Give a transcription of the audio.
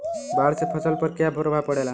बाढ़ से फसल पर क्या प्रभाव पड़ेला?